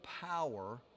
power